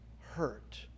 hurt